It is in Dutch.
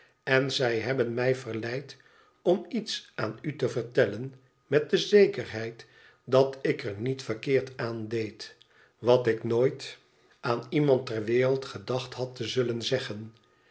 len zij hebben mij verleid om iets aan ute vertellen met de zekerheid dat ik er niet verkeerd aan deed wat ik nooit aan iemand ter wereld gedacht had te zullen zeggen